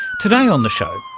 today on the show,